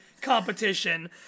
competition